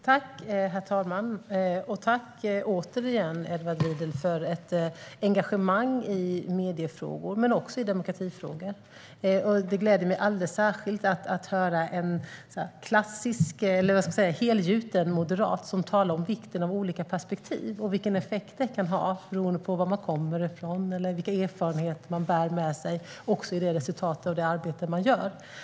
Herr talman! Jag tackar återigen Edward Riedl för hans engagemang i mediefrågor och demokratifrågor. Det gläder mig alldeles särskilt att höra en klassisk helgjuten moderat som talar om vikten av olika perspektiv och vilken effekt det kan ha i resultatet av det arbete man gör beroende på var man kommer ifrån och vilka erfarenheter man bär med sig.